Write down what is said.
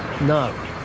No